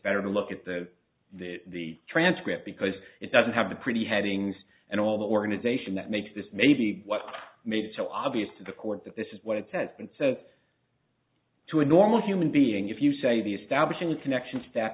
better to look at the the transcript because it doesn't have the pretty headings and all the organization that makes this maybe what made it so obvious to the court that this is what it says and says to a normal human being if you say the establishing connection stat